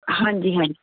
ਹਾਂਜੀ ਹਾਂਜੀ